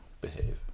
behave